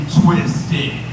twisted